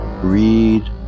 read